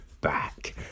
back